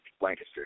Lancaster